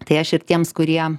tai aš ir tiems kurie